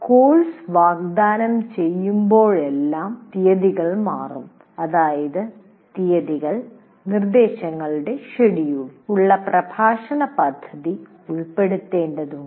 course വാഗ്ദാനം ചെയ്യുമ്പോഴെല്ലാം തീയതികൾ മാറും അതിനാൽ തീയതികൾ നിർദ്ദേശങ്ങളുടെ ഷെഡ്യൂൾ ഉള്ള പ്രഭാഷണ പദ്ധതി ഉൾപ്പെടുത്തേണ്ടതുണ്ട്